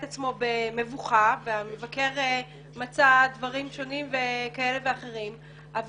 עצמו במבוכה והמבקר מצא דברים שונים כאלה ואחרים אבל